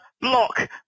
block